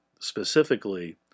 specifically